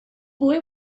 boy